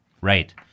Right